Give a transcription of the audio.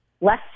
less